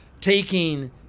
taking